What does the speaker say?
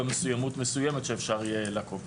מסוימות מסוימת שאפשר יהיה לעקוף אותה.